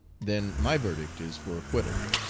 then my verdict is for acquittal.